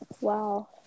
Wow